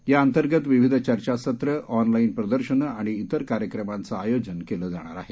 याअंतर्गत विविध चर्चासत्र ऑनलाजि प्रदर्शनं आणि जिर कार्यक्रमांचं आयोजन केलं जाणार आहे